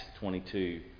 22